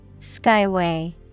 Skyway